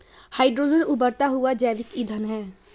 hydrogen उबरता हुआ जैविक ईंधन है